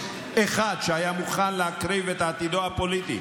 אחד שהיה מוכן להקריב את עתידו הפוליטי